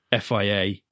FIA